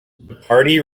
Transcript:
bacardi